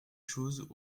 choses